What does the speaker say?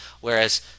whereas